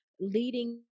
leading